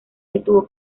estuvo